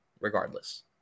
regardless